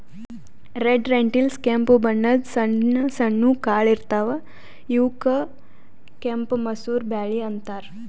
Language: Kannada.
ರೆಡ್ ರೆಂಟಿಲ್ಸ್ ಕೆಂಪ್ ಬಣ್ಣದ್ ಸಣ್ಣ ಸಣ್ಣು ಕಾಳ್ ಇರ್ತವ್ ಇವಕ್ಕ್ ಕೆಂಪ್ ಮಸೂರ್ ಬ್ಯಾಳಿ ಅಂತಾರ್